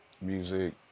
music